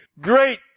great